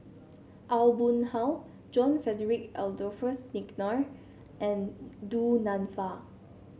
Aw Boon Haw John Frederick Adolphus McNair and Du Nanfa